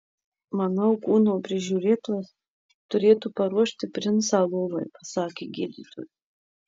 manau kūno prižiūrėtojas turėtų paruošti princą lovai pasakė gydytojas